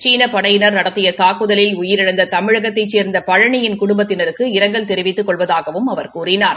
சீன படையிளர் நடத்திய தாக்குதலில் உயிரிழந்த தமிழகத்தைச் சேர்ந்த பழனி யின் குடும்பத்தினருக்கு இரங்கல் தெரிவித்துக் கொள்வதாகவும் அவர் கூறினார்